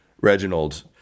Reginald